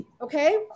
okay